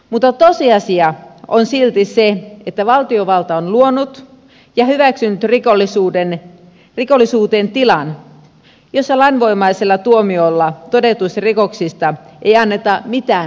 mutta tosiasia on silti se että valtiovalta on luonut ja hyväksynyt rikollisuuteen tilan jossa lainvoimaisella tuomiolla todetuista rikoksista ei anneta mitään rangaistusta